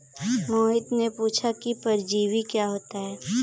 मोहित ने पूछा कि परजीवी क्या होता है?